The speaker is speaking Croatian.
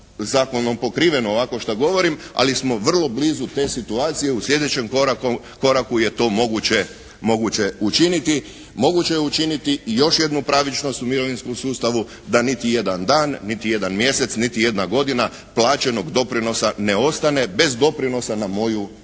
zakonom pokriveno ovako šta govorim, ali smo vrlo blizu te situacije u sljedećem koraku je to moguće učiniti. Moguće je učiniti još jednu pravičnost u mirovinskom sustavu da niti jedan dan, niti jedan mjesec, niti jedna godina plaćenog doprinosa ne ostane bez doprinosa na moju mirovinu.